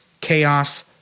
chaos